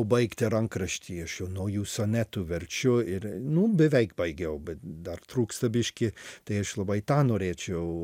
baigti rankraštį aš jau naujų sonetų verčiu ir nu beveik baigiau bet dar trūksta biškį tai aš labai tą norėčiau